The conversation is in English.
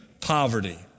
poverty